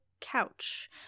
couch